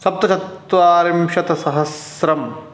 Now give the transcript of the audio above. सप्तचत्वारिंशत् सहस्रम्